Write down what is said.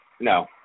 No